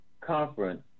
conference